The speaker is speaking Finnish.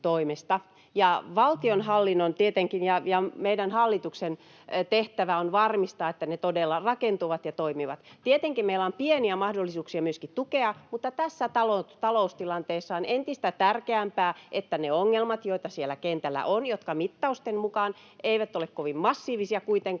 valtionhallinnon ja meidän hallituksen tehtävä on varmistaa, että ne todella rakentuvat ja toimivat. Tietenkin meillä on pieniä mahdollisuuksia myöskin tukea, mutta tässä taloustilanteessa on entistä tärkeämpää, että ne ongelmat, joita siellä kentällä on, jotka mittausten mukaan eivät ole kovin massiivisia kuitenkaan,